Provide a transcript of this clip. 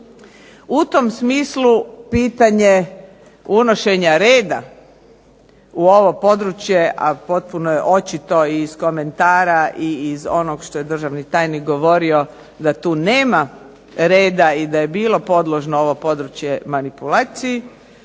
U tom smislu pitanje unošenja reda u ovo područje, a potpuno je očito i iz komentara i iz onog što je državni tajnik govorio da tu nema reda i da je bilo podložno ovo područje manipulaciji,